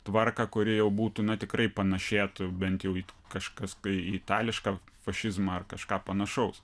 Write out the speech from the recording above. tvarką kuri jau būtų na tikrai panašėtų bent jau į kažkas tai itališką fašizmą ar kažką panašaus